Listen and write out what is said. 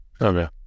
Okay